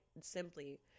simply